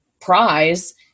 prize